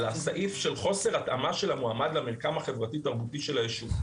על סעיף של חוסר התאמה של המועמד למרקם התרבותי-החברתי של היישוב.